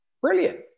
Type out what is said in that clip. Brilliant